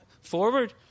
forward